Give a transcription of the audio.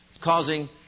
causing